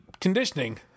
conditioning